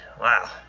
wow